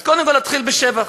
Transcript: אז קודם כול, נתחיל בשבח.